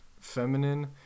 feminine